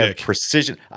precision